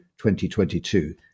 2022